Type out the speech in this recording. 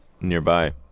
nearby